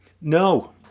no